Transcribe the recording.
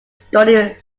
studying